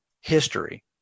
history